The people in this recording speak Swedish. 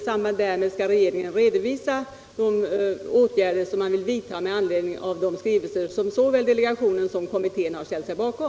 I samband därmed skall regeringen redovisa de åtgärder som man vill vidta med anledning av de skrivelser som såväl delegationen som kommittén har ställt sig bakom.